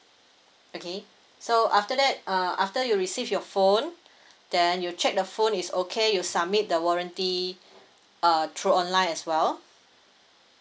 okay so after that uh after you receive your phone then you check the phone is okay you submit the warranty uh through online as well